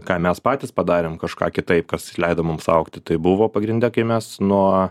ką mes patys padarėm kažką kitaip kas leido mums augti tai buvo pagrinde kai mes nuo